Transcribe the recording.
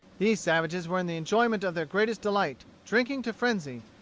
these savages were in the enjoyment of their greatest delight, drinking to frenzy,